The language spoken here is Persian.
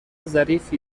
ظریفی